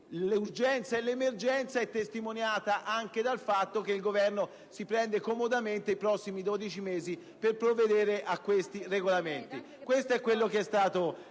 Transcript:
l'emergenza sono testimoniate anche dal fatto che il Governo si prende comodamente i prossimi 12 mesi per provvedere a tali regolamenti!).